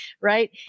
Right